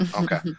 Okay